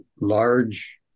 large